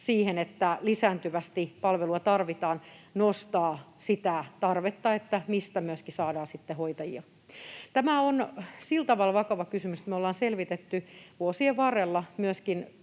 siihen, että lisääntyvästi palvelua tarvitaan, nostaa sitä tarvetta ja kysymyksen, mistä sitten myöskin saadaan hoitajia. Tämä on sillä tavalla vakava kysymys, että me ollaan selvitetty vuosien varrella myöskin